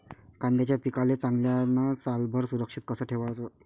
कांद्याच्या पिकाले चांगल्यानं सालभर सुरक्षित कस ठेवाचं?